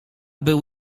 był